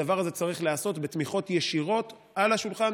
הדבר הזה צריך להיעשות בתמיכות ישירות על השולחן,